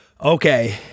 Okay